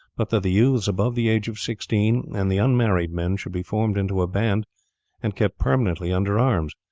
but that the youths above the age of sixteen and the unmarried men should be formed into a band and kept permanently under arms.